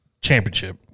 championship